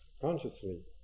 consciously